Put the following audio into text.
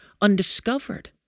undiscovered